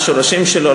מה השורשים שלו.